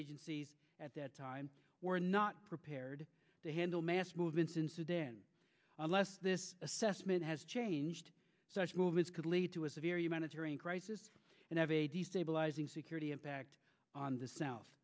agencies at that time were not prepared to handle mass movements in sudan unless this assessment has changed such a move is could lead to a severe humanitarian crisis and have a destabilizing security impact on the south